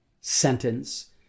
sentence